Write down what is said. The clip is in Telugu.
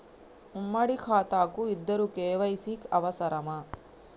ఉమ్మడి ఖాతా కు ఇద్దరు కే.వై.సీ అవసరమా?